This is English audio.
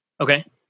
Okay